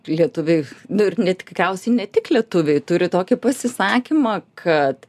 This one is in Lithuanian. lietuviai nu ir ne tik tikriausiai ne tik lietuviai turi tokį pasisakymą kad